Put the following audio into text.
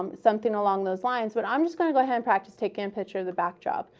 um something along those lines, but i'm just going to go ahead and practice taking a picture of the backdrop.